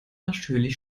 natürlich